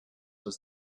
was